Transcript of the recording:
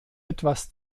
etwas